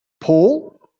Paul